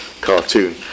cartoon